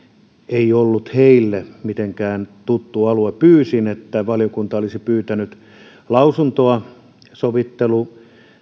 ei ollut heille mitenkään tuttu alue pyysin että valiokunta olisi pyytänyt lausuntoa sovittelusta